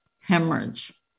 hemorrhage